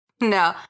No